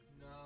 No